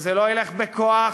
וזה לא ילך בכוח,